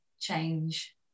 change